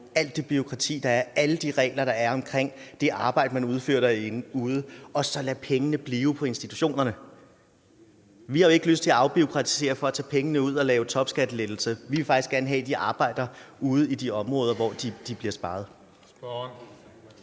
alt det bureaukrati, der er, alle de regler, der er, om det arbejde, man udfører derude, og så lade pengene blive på institutionerne. Vi har jo ikke lyst til at afbureaukratisere for at tage pengene ud og lave topskattelettelser. Vi vil faktisk gerne have, at de arbejder ude i de områder, hvor de bliver sparet. Kl.